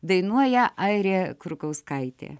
dainuoja airė krukauskaitė